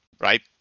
right